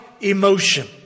emotion